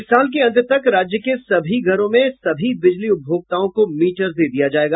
इस साल के अंत तक राज्य के सभी घरों में सभी बिजली उपभोक्ताओं को मीटर दे दिया जायेगा